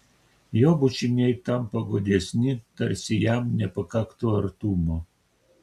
jo bučiniai tampa godesni tarsi jam nepakaktų artumo